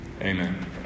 Amen